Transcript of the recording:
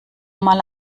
mal